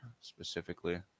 specifically